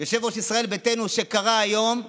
יושב-ראש ישראל ביתנו, שקרא היום תיגר,